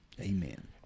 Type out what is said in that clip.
Amen